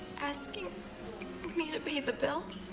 asking me to pay the bill?